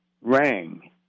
rang